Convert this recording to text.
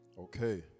Okay